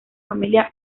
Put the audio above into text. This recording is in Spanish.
familia